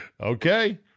Okay